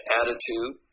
attitude